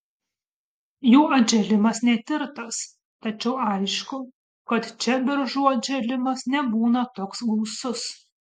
jų atžėlimas netirtas tačiau aišku kad čia beržų atžėlimas nebūna toks gausus